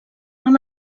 amb